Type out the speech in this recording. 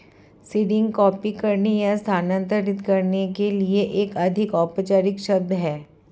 seeding copy करने या स्थानांतरित करने के लिए एक अधिक औपचारिक शब्द है